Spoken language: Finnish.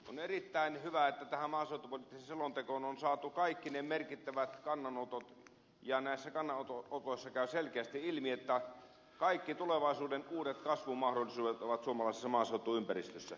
on erittäin hyvä että tähän maaseutupoliittiseen selontekoon on saatu kaikki ne merkittävät kannanotot ja näistä kannanotoista käy selkeästi ilmi että kaikki tulevaisuuden uudet kasvumahdollisuudet ovat suomalaisessa maaseutuympäristössä